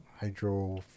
Hydro